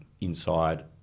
inside